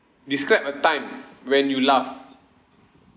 describe a time when you laughed